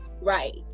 Right